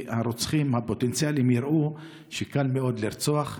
כי הרוצחים הפוטנציאליים יראו שקל מאוד לרצוח,